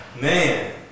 Man